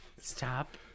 Stop